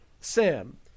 Sam